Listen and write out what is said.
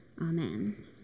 Amen